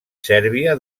sèrbia